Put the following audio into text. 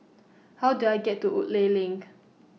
How Do I get to Woodleigh LINK